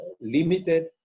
limited